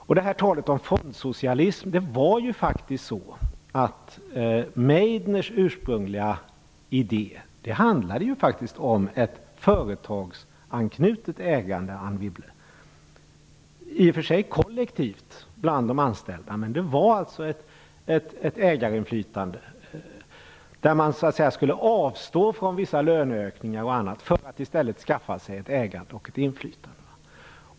När det gäller talet om fondsocialism var det så att Meidners ursprungliga idé faktiskt handlade om ett företagsanknutet ägande, Anne Wibble. Det var i och för sig tänkt att vara kollektivt bland de anställda, men det var ett ägarinflytande där man skulle avstå från vissa löneökningar och annat för att i stället skaffa sig ett ägande och ett inflytande.